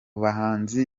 bahanzi